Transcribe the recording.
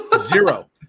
Zero